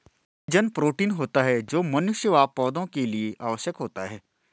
collagen protein होता है जो मनुष्य व पौधा के लिए आवश्यक होता है